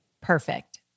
Perfect